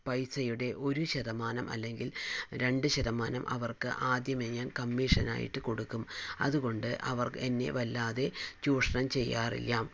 പൈസയുടെ ഒരു ശതമാനം അല്ലങ്കിൽ രണ്ട് ശതമാനം അവർക്ക് ആദ്യമേ ഞാൻ കമ്മീഷൻ ആയിട്ട് കൊടുക്കും അതുകൊണ്ട് അവർ എന്നെ വല്ലാതെ ചൂഷണം ചെയ്യാറില്ല